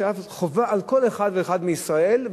וחובה על כל אחד ואחד מישראל,